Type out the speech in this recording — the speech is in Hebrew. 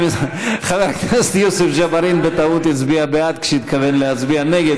חבר הכנסת יוסף ג'בארין בטעות הצביע בעד כשהתכוון להצביע נגד.